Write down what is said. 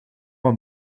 een